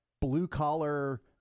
blue-collar